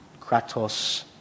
Kratos